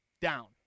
down